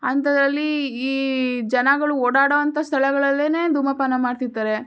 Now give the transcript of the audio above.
ಅಂತದ್ರಲ್ಲೀ ಈ ಜನಗಳು ಓಡಾಡೋಂಥ ಸ್ಥಳಗಳಲ್ಲೆ ಧೂಮಪಾನ ಮಾಡ್ತಿರ್ತಾರೆ